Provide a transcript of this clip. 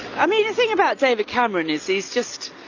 i mean, the thing about david cameron is he's just,